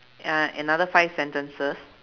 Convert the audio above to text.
uh in under five sentences